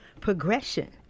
progression